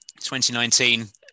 2019